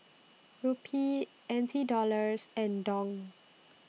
Rupee N T Dollars and Dong